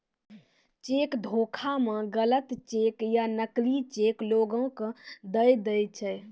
cheque धोखा मे गलत चेक या नकली चेक लोगो के दय दै छै